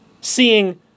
seeing